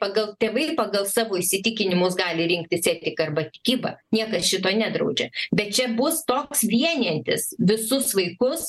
pagal tėvai pagal savo įsitikinimus gali rinktis etiką arba tikybą niekas šito nedraudžia bet čia bus toks vienijantis visus vaikus